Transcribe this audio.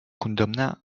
condemnar